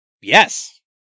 Yes